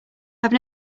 have